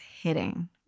hitting